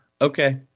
Okay